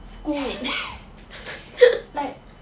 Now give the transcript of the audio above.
schoolmate like